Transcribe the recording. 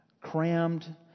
crammed